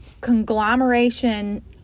conglomeration